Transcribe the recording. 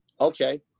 Okay